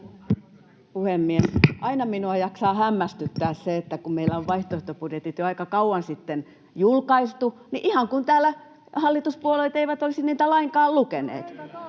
Aina minua jaksaa hämmästyttää se, että kun meillä on vaihtoehtobudjetit jo aika kauan sitten julkaistu, niin ihan kuin täällä hallituspuolueet eivät olisi niitä lainkaan lukeneet.